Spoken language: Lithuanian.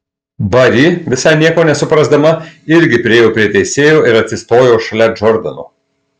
bari visai nieko nesuprasdama irgi priėjo prie teisėjo ir atsistojo šalia džordano